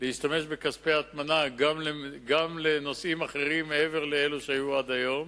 להשתמש בכספי הטמנה גם לנושאים אחרים מעבר לאלה שהיו עד היום.